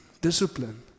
discipline